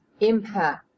impact